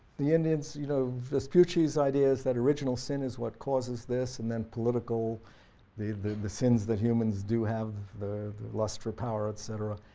the indians you know vespucci's idea is that original sin is what causes this and then political the the sins that humans do have the lust for power, etc,